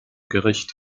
gericht